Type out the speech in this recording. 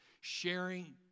Sharing